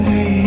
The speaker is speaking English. Hey